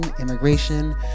immigration